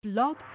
Blog